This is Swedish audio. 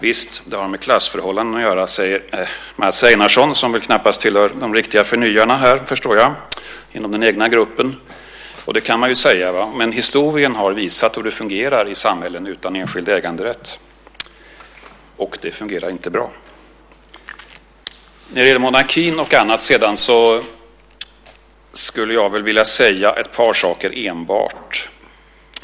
Visst, det har med klassförhållandena att göra, säger Mats Einarsson, som väl knappast tillhör de riktiga förnyarna inom den egna gruppen, förstår jag. Och det kan man ju säga. Men historien har visat hur det fungerar i samhällen utan enskild äganderätt. Och det fungerar inte bra. När det sedan gäller monarkin och annat skulle jag vilja säga ett par saker.